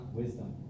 wisdom